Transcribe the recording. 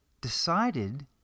decided